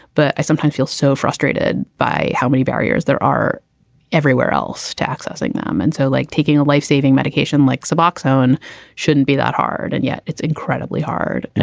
but i sometimes feel so frustrated by how many barriers there are everywhere else to accessing them. and so like taking a lifesaving medication like suboxone shouldn't be that hard. and yet it's incredibly hard, and